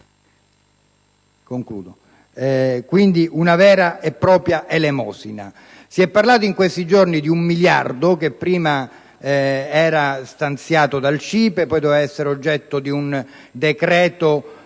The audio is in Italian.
milioni, una vera e propria elemosina. Si è parlato in questi giorni di un miliardo, che prima doveva essere stanziato dal CIPE e poi doveva essere oggetto di un decreto